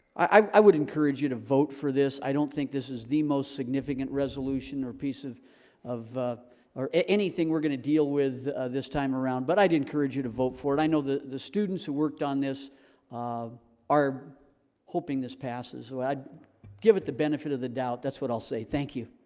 i would encourage you to vote for this i don't think this is the most significant resolution or piece of of or anything we're going to deal with this time around, but i'd encourage you to vote for it i know the the students who worked on this are hoping this passes, so i'd give it the benefit of the doubt that's what i'll say. thank you